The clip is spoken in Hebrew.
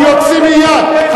אני אוציא מייד.